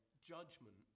judgment